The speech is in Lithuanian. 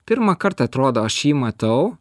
pirmą kartą atrodo aš jį matau